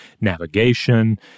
navigation